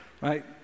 right